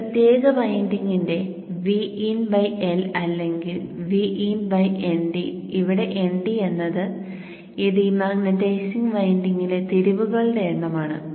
ഈ പ്രത്യേക വൈൻഡിംഗിന്റെ Vin L അല്ലെങ്കിൽ Vin Nd ഇവിടെ Nd എന്നത് ഈ ഡീമാഗ്നെറ്റൈസിംഗ് വിൻഡിംഗിലെ തിരിവുകളുടെ എണ്ണം ആണ്